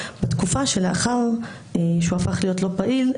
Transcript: בתקופה לאחר שהוא הפך להיות לא פעיל,